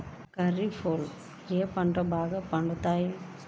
ఖరీఫ్లో ఏ పంటలు బాగా పండుతాయి?